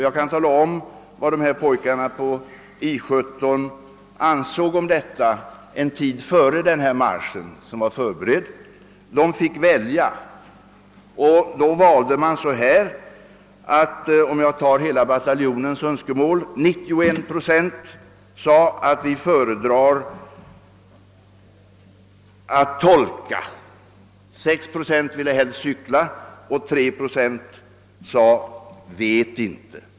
Jag kan tala om vad dessa pojkar på I 17 ansåg om saken en tid före denna marsch. De fick välja, och de valde så här: av hela bataljonen sade sig 91 procent föredra att tolka, 6 procent ville helst cykla och 3 procent sade »vet inte».